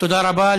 תודה רבה.